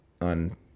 on